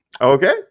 Okay